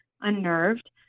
unnerved